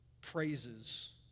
praises